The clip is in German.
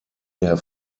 der